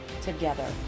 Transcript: together